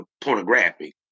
pornographic